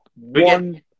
one